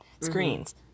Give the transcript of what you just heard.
screens